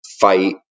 fight